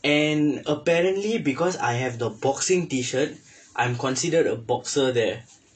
and apparently because I have the boxing T shirt I'm considered a boxer there